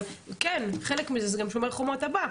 אבל כן, חלק מזה זה גם שומר חומות הבא.